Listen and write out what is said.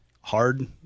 hard